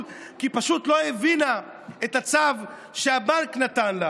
כי פשוט לא הבינה את הצו שהבנק נתן לה?